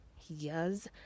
Yes